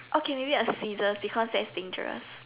okay maybe scissors because thats dangerous